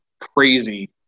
crazy